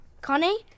Connie